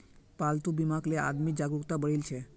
पालतू बीमाक ले आदमीत जागरूकता बढ़ील छ